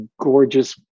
gorgeous